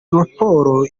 raporo